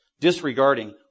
disregarding